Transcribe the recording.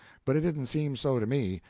but it didn't seem so to me.